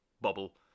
bubble